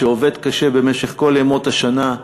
שעובד קשה במשך כל ימות השנה.